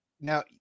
Now